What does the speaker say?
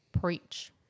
Preach